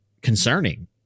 concerning